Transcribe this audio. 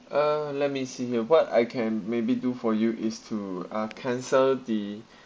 uh let me see here what I can maybe do for you is to uh cancel the